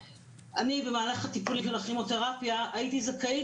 במהלך טיפולי הכימותרפיה אני הייתי זכאית